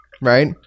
right